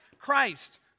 Christ